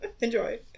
Enjoy